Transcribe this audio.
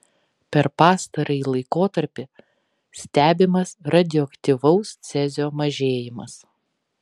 per pastarąjį laikotarpį stebimas radioaktyvaus cezio mažėjimas